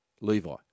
Levi